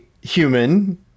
human